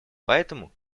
поэтому